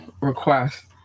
request